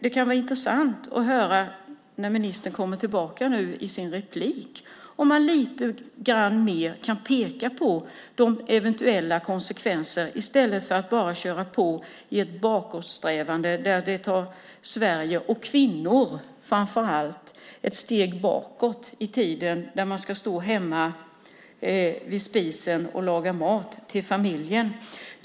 Det kan vara intressant att höra när nu ministern kommer tillbaka med ett nytt inlägg om han lite mer kan peka på de eventuella konsekvenser detta får i stället för att bara köra på i ett bakåtsträvande som för Sverige och framför allt kvinnor ett steg bakåt i tiden, där de ska stå hemma vid spisen och laga mat till familjen.